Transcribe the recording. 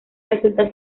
resulta